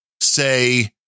say